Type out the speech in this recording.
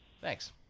Thanks